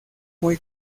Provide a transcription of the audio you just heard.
muy